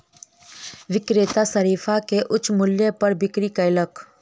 विक्रेता शरीफा के उच्च मूल्य पर बिक्री कयलक